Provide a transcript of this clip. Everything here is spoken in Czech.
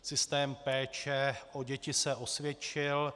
Systém péče o děti se osvědčil.